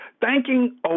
Thanking